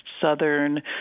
southern